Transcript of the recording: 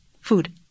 Food